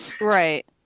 Right